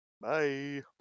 Bye